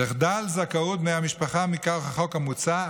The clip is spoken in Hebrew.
תחדל זכאות בני המשפחה מכוח החוק המוצע,